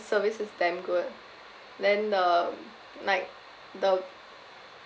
service is damn good then the like the